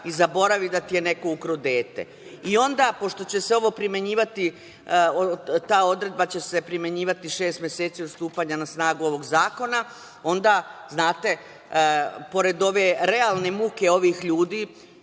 i zaboravi da ti je neko ukrao dete. I onda, pošto će se ovo primenjivati, ta odredba će se primenjivati šest meseci od stupanja na snagu ovog zakona, onda pored ove realne muke ovih ljudi,